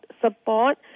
support